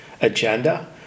agenda